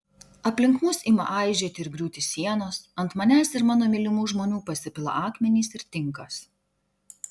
aplink mus ima aižėti ir griūti sienos ant manęs ir mano mylimų žmonių pasipila akmenys ir tinkas